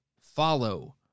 follow